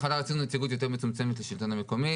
יותר מצומצמת לשלטון המקומי,